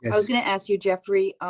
and was going to ask you, jeffrey,